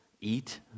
eat